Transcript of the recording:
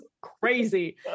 crazy